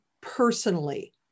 personally